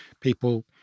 people